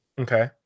Okay